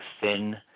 thin